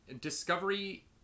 Discovery